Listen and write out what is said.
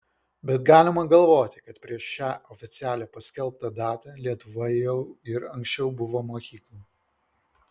bet galima galvoti kad prieš šią oficialiai paskelbtą datą lietuvoje jau ir anksčiau buvo mokyklų